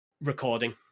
recording